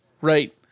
right